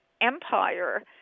empire